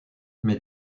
mais